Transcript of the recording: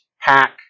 pack